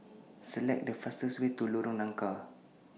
Select The fastest Way to Lorong Nangka